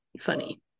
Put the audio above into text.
funny